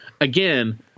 Again